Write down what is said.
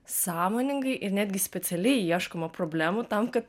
sąmoningai ir netgi specialiai ieškoma problemų tam kad